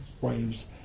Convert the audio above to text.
waves